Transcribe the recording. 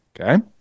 Okay